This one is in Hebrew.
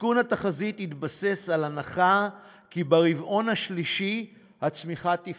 עדכון התחזית התבסס על הנחה כי ברבעון השלישי הצמיחה תפחת.